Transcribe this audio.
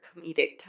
comedic